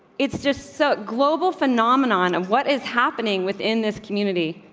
it's just so global phenomenon of what is happening within this community.